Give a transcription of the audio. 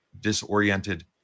disoriented